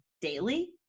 daily